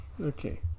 Okay